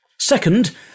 Second